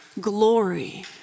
glory